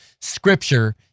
scripture